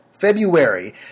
February